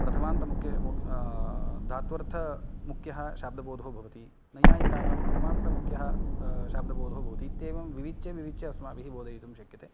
प्रथमान्त धात्वर्थमुख्यः शाब्दबोधो भवति नैय्यायिकानां प्रथमान्तमुख्यः शाब्दबोधो भवति इत्येवं विविच्य विविच्य अस्माभिः बोधयितुं शक्यते